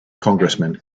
congressman